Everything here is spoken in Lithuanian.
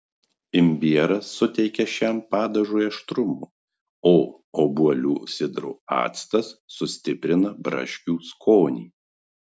imbieras suteikia šiam padažui aštrumo o obuolių sidro actas sustiprina braškių skonį